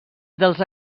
dels